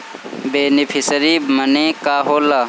Beneficiary मने का होला?